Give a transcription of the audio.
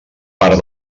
part